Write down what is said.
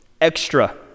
extra